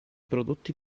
prodotti